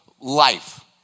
life